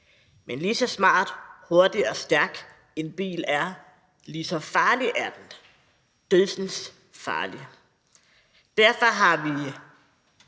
Men lige så smart, hurtig og stærk en bil er, lige så farlig er den – dødsensfarlig. Derfor har vi